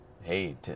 Hey